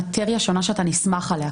מטריה שונה שאתה נסמך עליה.